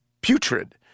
putrid